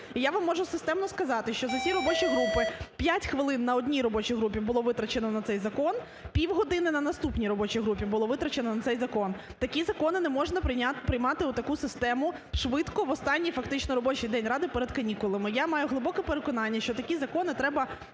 я вам можу системно сказати, що за ці робочі групи, 5 хвилин на одній робочій групі було витрачено на цей закон, півгодини на наступній робочій групі було витрачено на цей закон. Такі закони не можна приймати у таку систему, швидко, в останній фактично робочий день ради перед канікулами. Я маю глибоке переконання, що такі закони треба